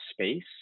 space